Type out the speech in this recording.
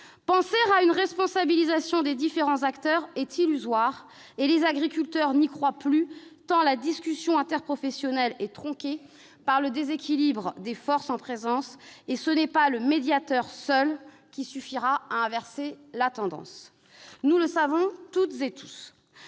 sur une responsabilisation des différents acteurs est illusoire. Les agriculteurs n'y croient plus, tant la discussion interprofessionnelle est tronquée du fait du déséquilibre des forces en présence, et ce n'est pas le seul médiateur qui pourra inverser la tendance ; nous le savons toutes et tous.